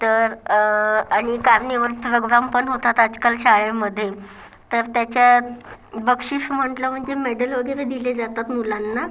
तर आणि carnival program पण होतात आजकाल शाळेमध्ये तर त्याच्यात बक्षीस म्हटलं म्हणजे मेडल वगैरे दिले जातात मुलांना